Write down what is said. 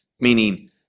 meaning